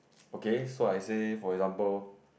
okay so I say for example